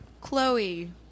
Chloe